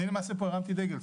אני למעשה פה הרמתי דגל,